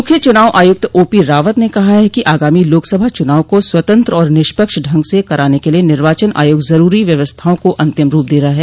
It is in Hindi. मुख्य चुनाव आयुक्त ओपी रावत ने कहा है कि आगामी लोकसभा चुनाव को स्वतंत्र और निष्पक्ष ढंग से कराने के लिए निर्वाचन आयोग जरूरी व्यवस्थाओं को अंतिम रूप दे रहा है